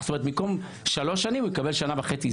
זאת אומרת שבמקום שלוש שנים הוא יקבל שנה וחצי.